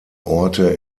orte